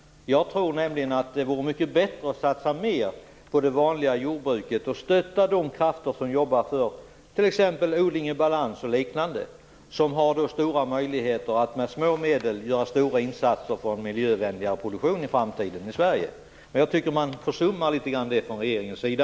Jag tror att det vore bättre att satsa mer på det vanliga jordbruket och stötta de krafter som jobbar för t.ex. odling i balans och liknande. De har stora möjligheter att med små medel göra stora insatser för en miljövänligare produktion i Sverige i framtiden. Jag tycker att man försummar detta från regeringens sida.